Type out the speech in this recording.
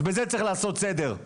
אז בזה צריך לעשות סדר.